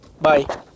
Bye